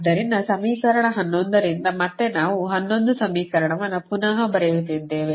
ಆದ್ದರಿಂದ ಸಮೀಕರಣ 11 ರಿಂದ ಮತ್ತೆ ನಾವು 11 ಸಮೀಕರಣವನ್ನು ಪುನಃ ಬರೆಯುತ್ತಿದ್ದೇವೆ